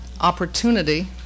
opportunity